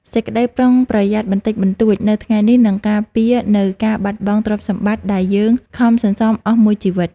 សេចក្តីប្រុងប្រយ័ត្នបន្តិចបន្តួចនៅថ្ងៃនេះនឹងការពារនូវការបាត់បង់ទ្រព្យសម្បត្តិដែលយើងខំសន្សំអស់មួយជីវិត។